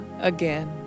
again